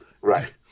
right